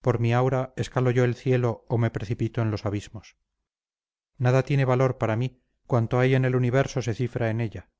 por mi aura escalo yo el cielo o me precipito en los abismos nada tiene valor para mí cuanto hay en el universo se cifra en ella